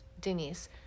Denise